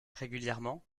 régulièrement